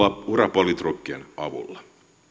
urapolitrukkien avulla